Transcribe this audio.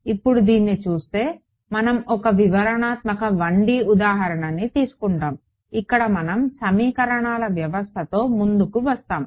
ఇప్పుడు దీన్ని చూస్తే మనం ఒక వివరణాత్మక 1 D ఉదాహరణని తీసుకుంటాము ఇక్కడ మనం సమీకరణాల వ్యవస్థతో ముందుకు వస్తాము